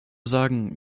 sagen